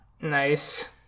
Nice